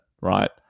right